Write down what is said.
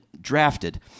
drafted